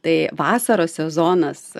tai vasaros sezonas